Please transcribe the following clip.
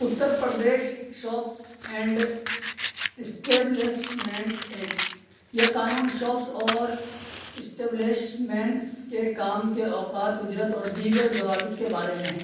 Uttar Pradesh shops and establishment act یہ قانون shops اور اسٹیبلیشمنٹس کے کام کے اوقات اجرت اور دیگر ضوابط کے بارے میں ہے